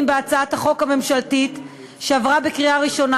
בהצעת החוק הממשלתית שעברה בקריאה ראשונה,